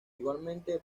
igualmente